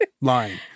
lying